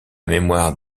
mémoire